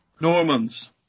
Norman's